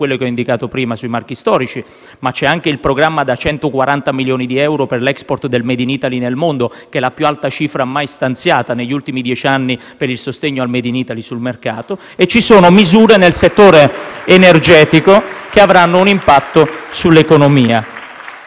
quelle che ho indicato prima sui marchi storici, ma c'è anche il programma da 140 milioni di euro per l'*export* del *made in Italy* nel mondo, che è la più alta cifra mai stanziata negli ultimi dieci anni per il sostegno al *made in Italy* sul mercato e ci sono misure nel settore energetico, che avranno un impatto sull'economia.